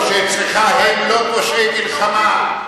או שאצלך הם לא פושעי מלחמה?